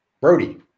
Brody